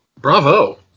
Bravo